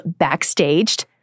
Backstaged